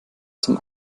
zum